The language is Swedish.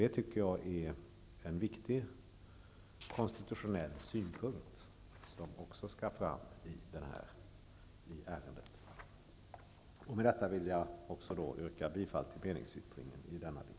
Jag tycker att det är en viktig konstitutionell synpunkt som skall fram i detta ärende. Med detta vill jag yrka bifall till meningsyttringen i denna del.